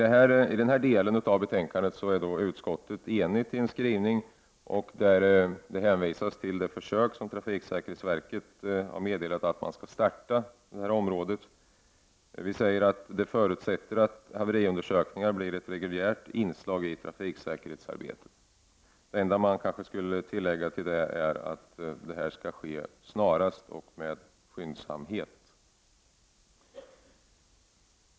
I den delen av betänkandet är utskottet enigt om en skrivning där det hänvisas till försök som trafiksäkerhetsverket har meddelat att man skall starta inom det här området. Vi säger att vi förutsätter att haveriundersökningar blir ett reguljärt inslag i trafiksäkerhetsarbetet. Det enda som kanske borde tilläggas är att det skall ske snarast och med skyndsamhet.